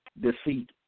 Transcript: deceit